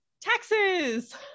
taxes